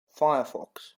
firefox